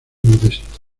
modesto